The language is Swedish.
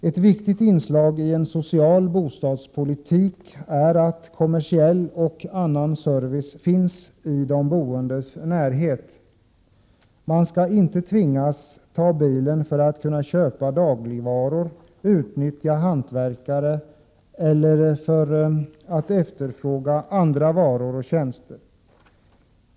Ett viktigt inslag i en social bostadspolitik är tillgången till kommersiell och annan service i de boendes närhet. Man skall inte tvingas ta bilen för att kunna köpa dagligvaror och utnyttja hantverkare eller för att efterfråga andra varor och tjänster.